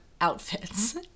outfits